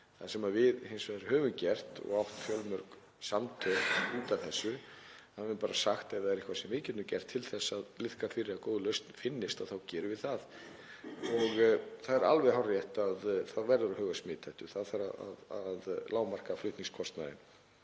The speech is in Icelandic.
Það sem við hins vegar höfum gert, og átt fjölmörg samtöl út af þessu, er að við höfum bara sagt að ef það er eitthvað sem við getum gert til að liðka fyrir að góð lausn finnist þá gerum við það. Það er alveg hárrétt að það verður að huga að smithættu og það þarf að lágmarka flutningskostnaðinn.